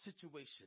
situation